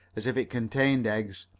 as if it contained eggs,